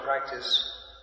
practice